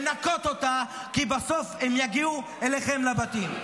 בסוף הם ימשיכו לירות על האנשים,